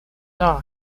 day